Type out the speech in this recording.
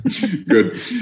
Good